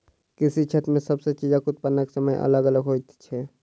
कृषि क्षेत्र मे सब चीजक उत्पादनक समय अलग अलग होइत छै